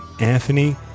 Anthony